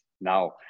now